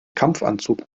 kampfanzug